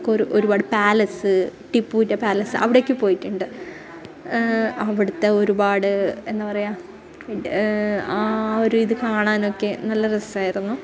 ഒരു ഒരുപാട് പാലസ് ടിപ്പുവിന്റെ പാലസ് അവിടെയൊക്കെ പോയിട്ടുണ്ട് അവിടുത്തെ ഒരുപാട് എന്ന പറയുക ആ ഒരു ഇത് കാണാനൊക്കെ നല്ല രസമായിരുന്നു